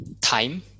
Time